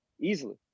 easily